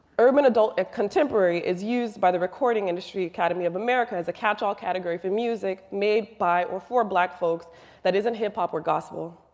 urban adult and contemporary is used by the recording industry academy of america as a catch-all category for music made by or for black folks that isn't hip hop or gospel.